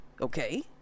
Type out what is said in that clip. okay